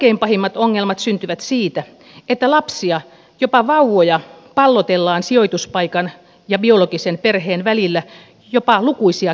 kaikkein pahimmat ongelmat syntyvät siitä että lapsia jopa vauvoja pallotellaan sijoituspaikan ja biologisen perheen välillä jopa lukuisia kertoja